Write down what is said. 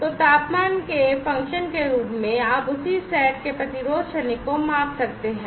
तो तापमान के एक फंक्शन के रूप में आप उसी सेट के प्रतिरोध क्षणिक को माप सकते हैं